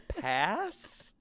Pass